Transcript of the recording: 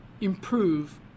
improve